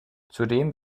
zudem